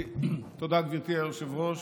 תודה, גברתי היושבת-ראש.